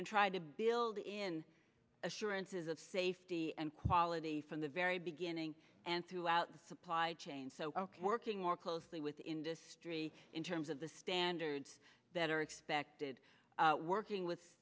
and try to build in assurances of safety and quality from the very beginning and throughout the supply chain so ok working more closely with industry in terms of the standards that are expected working with